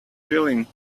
chilling